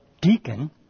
deacon